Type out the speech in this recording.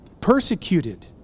Persecuted